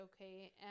okay